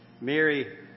Mary